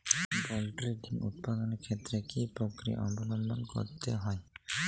Poultry ডিম উৎপাদনের ক্ষেত্রে কি পক্রিয়া অবলম্বন করতে হয়?